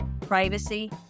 privacy